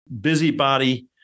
busybody